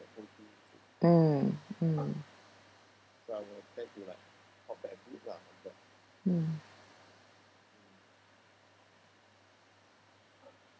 mm mm mm